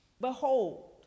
behold